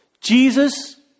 Jesus